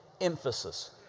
Emphasis